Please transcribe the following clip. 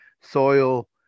soil